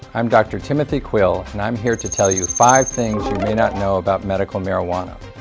i'm dr. timothy quill, and i'm here to tell you five things you may not know about medical marijuana.